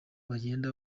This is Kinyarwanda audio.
bagenda